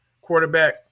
quarterback